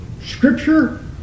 Scripture